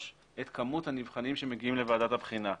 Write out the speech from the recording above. את מספר הנבחנים שמגיעים לוועדת הבחינה.